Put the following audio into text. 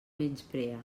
menysprea